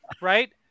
Right